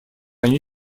они